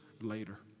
later